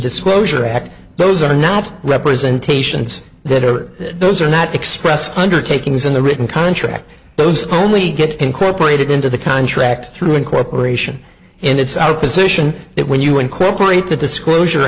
disclosure act those are not representations that are those are not expressed undertakings in the written contract those only get incorporated into the contract through incorporation and it's our position that when you incorporate the disclosure